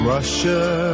Russia